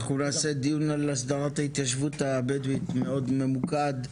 אנחנו נעשה דיון על הסדרת ההתיישבות הבדואית מאוד ממוקד,